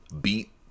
beat